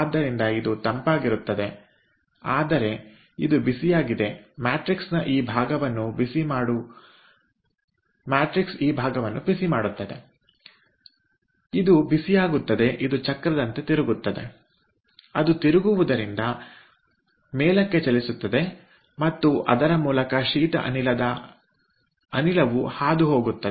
ಆದ್ದರಿಂದ ಇದು ತಂಪಾಗಿರುತ್ತದೆ ಆದರೆ ಇದು ಬಿಸಿಯಾಗಿದೆ ಮ್ಯಾಟ್ರಿಕ್ಸ್ನಈ ಭಾಗವನ್ನು ಬಿಸಿಮಾಡು ಮ್ಯಾಟ್ರಿಕ್ಸ್ನ ಈ ಭಾಗವನ್ನು ಬಿಸಿಮಾಡುತ್ತದೆ ಇದು ಬಿಸಿಯಾಗುತ್ತದೆ ಇದು ಚಕ್ರದಂತೆ ತಿರುಗುತ್ತದೆ ಅದು ತಿರುಗುವುದರಿಂದ ಮೇಲಕ್ಕೆ ಚಲಿಸುತ್ತದೆ ಮತ್ತು ಅದರ ಮೂಲಕ ಶೀತ ಅನಿಲದ ಹಾದುಹೋಗುತ್ತದೆ